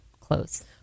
close